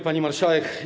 Pani Marszałek!